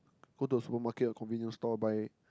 go to the supermarket or convenience store buy